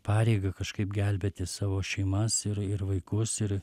pareigą kažkaip gelbėti savo šeimas ir ir vaikus ir